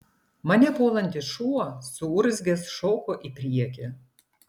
mane puolantis šuo suurzgęs šoko į priekį